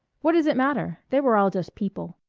what does it matter they were all just people.